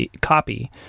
copy